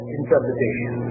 interpretation